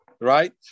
Right